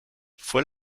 fue